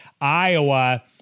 Iowa